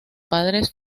padres